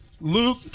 Luke